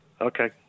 Okay